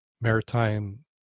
maritime